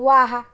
वाह